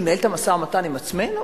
שהוא ינהל את המשא-ומתן עם עצמנו?